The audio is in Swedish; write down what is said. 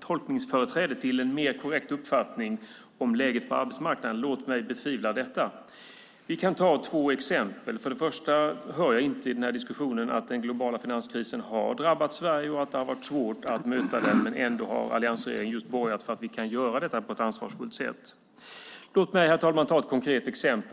tolkningsföreträde till en mer korrekt uppfattning om läget på arbetsmarknaden. Låt mig betvivla detta. Jag kan ta två exempel. Jag hör inte i denna diskussion att den globala finanskrisen har drabbat Sverige och att det har varit svårt att möta den men att alliansregeringen ändå har borgat för att vi kan göra det på ett ansvarsfullt sätt. Jag ska ta ett konkret exempel.